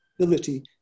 ability